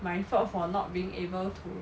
my fault for not being able to